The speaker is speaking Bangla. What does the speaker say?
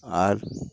আর